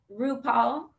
RuPaul